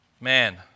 man